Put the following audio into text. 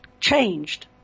changed